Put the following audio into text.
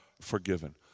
forgiven